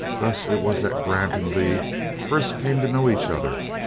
thus it was that grant and lee first came to know each other,